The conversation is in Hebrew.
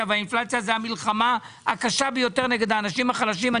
והאינפלציה זה המלחמה הקשה ביותר נגד האנשים החלשים.